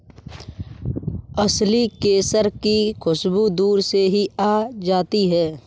असली केसर की खुशबू दूर से ही आ जाती है